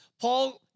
Paul